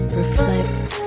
reflect